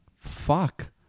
Fuck